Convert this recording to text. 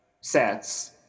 sets